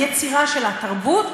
הם יצירה של התרבות,